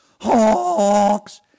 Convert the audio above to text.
hawks